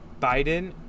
Biden